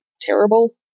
terrible